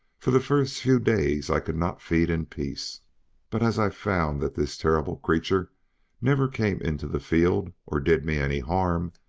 for the first few days i could not feed in peace but as i found that this terrible creature never came into the field, or did me any harm,